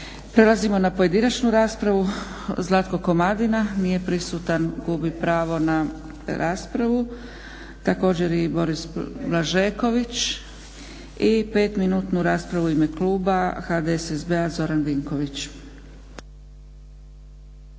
Prelazimo na pojedinačnu raspravu. Zlatko Komadina, nije prisutan, gubi pravo na raspravu. Također i Boris Blažeković. I pet minutnu raspravu u ime kluba HDSSB-a Zoran Vinković.